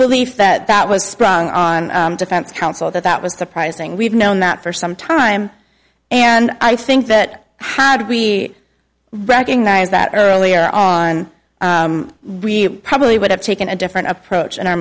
belief that that was sprung on defense counsel that that was surprising we've known that for some time and i think that how did we recognize that earlier on we probably would have taken a different approach on our